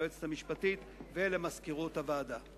ליועצת המשפטית ולמזכירות הוועדה.